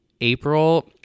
April